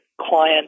client